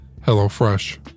HelloFresh